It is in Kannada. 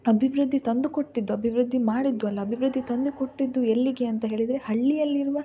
ಅಭಿವೃದ್ಧಿ ತಂದು ಕೊಟ್ಟಿದ್ದು ಅಭಿವೃದ್ಧಿ ಮಾಡಿದ್ದು ಅಲ್ಲ ಅಭಿವೃದ್ಧಿ ತಂದು ಕೊಟ್ಟಿದ್ದು ಎಲ್ಲಿಗೆ ಅಂತ ಹೇಳಿದರೆ ಹಳ್ಳಿಯಲ್ಲಿರುವ